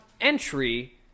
entry